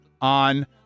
on